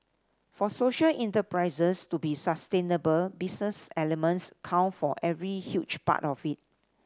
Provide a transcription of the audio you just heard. for social enterprises to be sustainable business elements count for every huge part of it